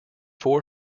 four